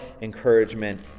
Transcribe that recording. encouragement